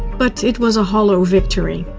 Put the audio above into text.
but it was a hollow victory.